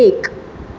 एक